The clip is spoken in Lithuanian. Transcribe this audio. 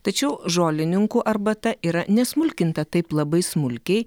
tačiau žolininkų arbata yra nesmulkinta taip labai smulkiai